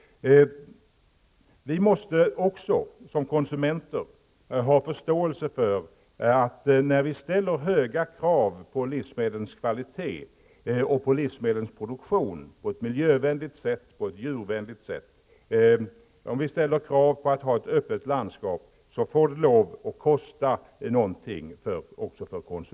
När vi som konsumenter ställer höga krav på livsmedlens kvalitet, på livsmedelsproduktion på ett miljövänligt och djurvänligt sätt samt på ett öppet landskap, måste vi också ha förståelse för att det kostar någonting för oss.